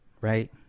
Right